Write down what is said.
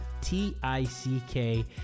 T-I-C-K